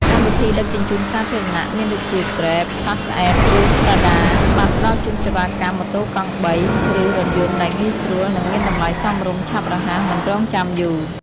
កម្មវិធីដឹកជញ្ជូនសាធារណៈមានដូចជា គ្រេប (Grab) ផាសអេប (Passapp) ឬតាដា (Tada) បានផ្តល់ជូនសេវាកម្មម៉ូតូកង់បី ឬរថយន្ត ដែលងាយស្រួល និងមានតម្លៃសមរម្យ ឆាប់រហ័សមិនរង់ចាំយូរ។